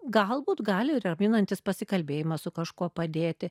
galbūt gali raminantis pasikalbėjimas su kažkuo padėti